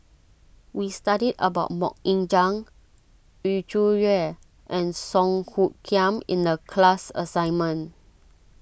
we studied about Mok Ying Jang Yu Zhuye and Song Hoot Kiam in the class assignment